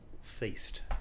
feast